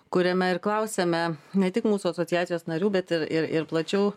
kuriame ir klausiame ne tik mūsų asociacijos narių bet ir ir ir plačiau